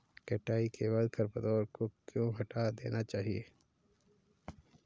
कटाई के बाद खरपतवार को क्यो हटा देना चाहिए?